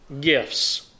gifts